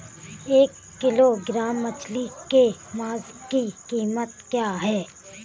एक किलोग्राम मछली के मांस की कीमत क्या है?